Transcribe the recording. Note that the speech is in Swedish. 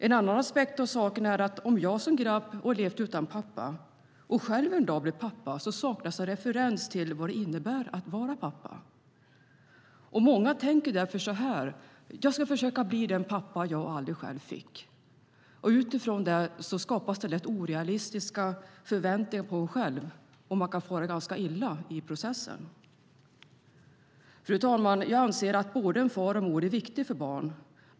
En annan aspekt är att om man som grabb har levt utan pappa och själv en dag blir pappa saknas en referens till vad det innebär att vara pappa. Många tänker därför så här: Jag ska försöka bli den pappa jag själv aldrig fick. Utifrån det skapar man lätt orealistiska förväntningar på sig själv, och man kan fara ganska illa i processen. Fru talman! Jag anser att både en far och en mor är viktiga för barn.